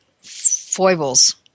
foibles